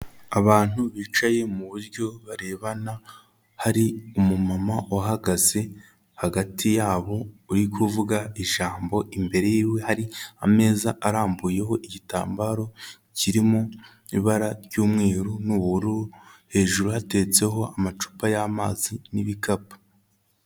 Abantu bicaye mu buryo barebana, hari umumama uhagaze hagati yabo uri kuvuga ijambo, imbere y'iwe hari ameza arambuyeho igitambaro kiri mu ibara ry'umweru n'ubururu, hejuru hateretseho amacupa y'amazi n'ibikapu.